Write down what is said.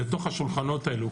לתוך השולחנות האלו.